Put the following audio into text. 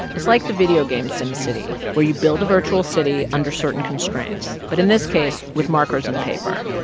it's like the video game sim city, where you build a virtual city under certain constraints but in this case, with markers and paper.